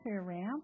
ramp